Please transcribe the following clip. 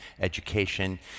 education